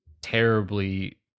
terribly